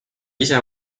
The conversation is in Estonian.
ise